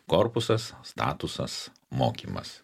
korpusas statusas mokymas